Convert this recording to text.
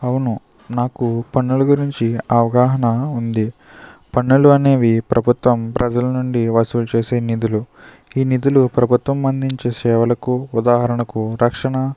అవును నాకు పన్నుల గురించి అవగహన ఉంది పన్నులు అనేవి ప్రభుత్వం ప్రజల నుండి వసూలు చేసే నిధులు ఈ నిధులు ప్రభుత్వం అందించు సేవలకు ఉదాహరణకు రక్షణ